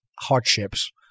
hardships